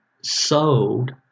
sold